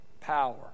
power